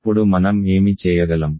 అప్పుడు మనం ఏమి చేయగలం